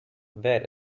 wear